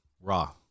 Raw